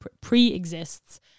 pre-exists